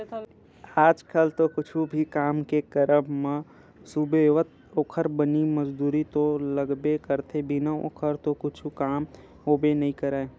आज कल तो कुछु भी काम के करब म सुबेवत ओखर बनी मजदूरी तो लगबे करथे बिना ओखर तो कुछु काम होबे नइ करय